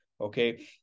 okay